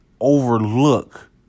overlook